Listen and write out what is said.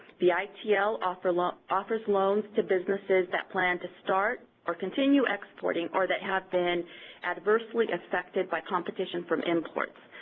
the itl offers um offers loans to businesses that plan to start or continue exporting or that have been adversely affected by competition from imports.